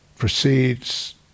proceeds